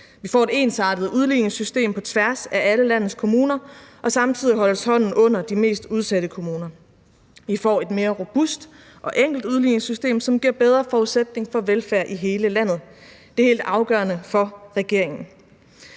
Vi får et ensartet udligningssystem på tværs af alle landets kommuner, og samtidig holdes hånden under de mest udsatte kommuner. Vi får et mere robust og enkelt udligningssystem, som giver bedre forudsætninger for velfærd i hele landet. Det er helt afgørende for regeringen.